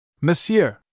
Monsieur